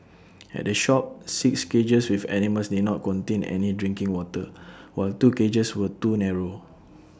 at the shop six cages with animals did not contain any drinking water while two cages were too narrow